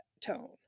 tone